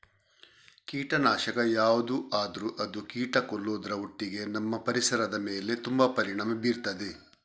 ಕೀಟನಾಶಕ ಯಾವ್ದು ಆದ್ರೂ ಅದು ಕೀಟ ಕೊಲ್ಲುದ್ರ ಒಟ್ಟಿಗೆ ನಮ್ಮ ಪರಿಸರದ ಮೇಲೆ ತುಂಬಾ ಪರಿಣಾಮ ಬೀರ್ತದೆ